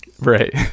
Right